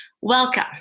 Welcome